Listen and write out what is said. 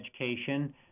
education